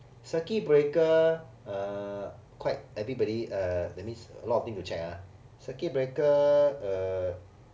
circuit breaker uh quite everybody uh that means a lot of thing to check ah circuit breaker uh